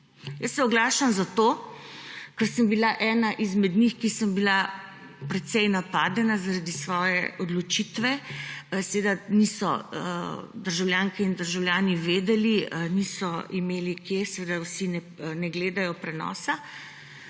Jaz se oglašam zato, ker sem bila ena izmed njih, bila sem precej napadena zaradi svoje odločitve. Seveda državljanke in državljani niso vedeli, niso imeli od kod, seveda vsi ne gledajo prenosa.